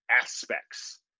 aspects